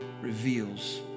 reveals